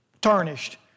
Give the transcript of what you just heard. tarnished